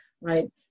right